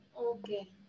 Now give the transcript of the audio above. Okay